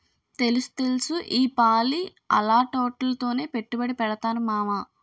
తెలుస్తెలుసు ఈపాలి అలాటాట్లోనే పెట్టుబడి పెడతాను మావా